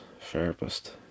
therapist